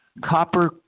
Copper